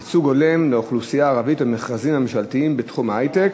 ייצוג הולם לאוכלוסייה הערבית במכרזים הממשלתיים בתחום ההיי-טק),